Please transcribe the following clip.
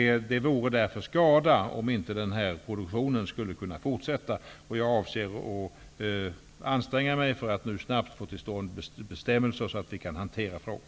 Det vore därför skada om denna produktion inte skulle kunna fortsätta. Jag avser att anstränga mig för att nu snabbt få till stånd bestämmelser, så att vi kan hantera frågan.